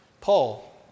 Paul